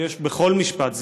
יש בכל משפט.